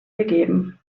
gegeben